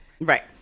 Right